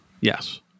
yes